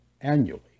annually